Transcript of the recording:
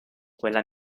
quella